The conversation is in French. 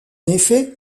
effet